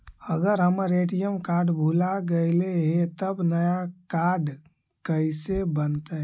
अगर हमर ATM card भुला गैलै हे तब नया काड कइसे बनतै?